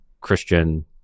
Christian